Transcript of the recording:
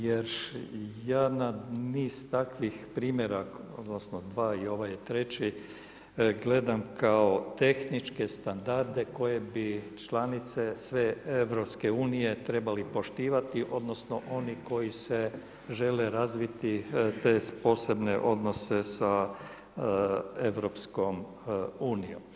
Jer ja na niz takvih primjera, odnosno dva i ovaj je treći, gledam kao tehničke standarde koje bi članice sve EU trebali poštivati, odnosno oni koji se žele razviti, te posebne odnose sa EU.